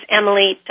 Emily